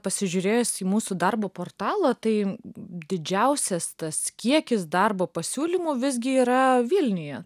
pasižiūrėjus į mūsų darbo portalą tai didžiausias tas kiekis darbo pasiūlymų visgi yra vilniuje